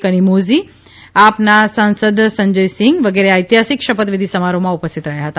કનિમોઝી આપના સાંસદ સંજયસિંઘ વગેરે આ ઐતિહાસિક શપથવિધિ સમારોહમાં ઉપસ્થિત રહ્યા હતા